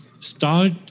start